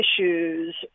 issues